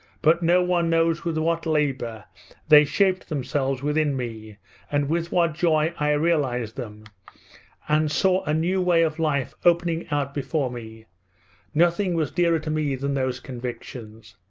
but no one knows with what labour they shaped themselves within me and with what joy i realized them and saw a new way of life opening out before me nothing was dearer to me than those convictions.